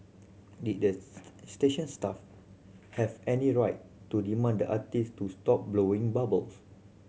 did the station staff have any right to demand the artist to stop blowing bubbles